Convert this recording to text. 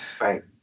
right